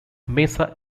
mesa